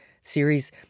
series